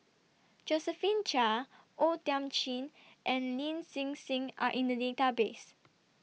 Josephine Chia O Thiam Chin and Lin Hsin Hsin Are in The Database